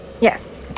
yes